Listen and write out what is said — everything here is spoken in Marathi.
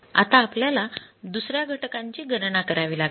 आता आपल्याला दुसऱ्या घटकांची गणना करावी लागेल